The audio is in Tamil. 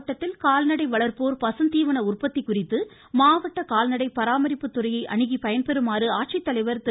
சிவகங்கை மாவட்டத்தில் கால்நடை வளர்ப்போர் பசுந்தீவன உற்பத்தி குறித்து மாவட்ட கால்நடை பராமரிப்பு துறையை அணுகி பயன்பெறுமாறு ஆட்சித்தலைவர் திரு